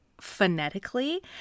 phonetically